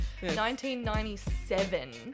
1997